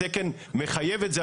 התקן מחייב את זה,